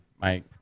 Mike